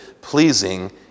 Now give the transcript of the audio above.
pleasing